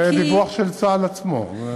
זה דיווח של צה"ל עצמו.